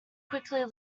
quickly